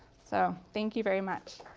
so. thank you very much.